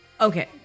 Okay